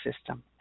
system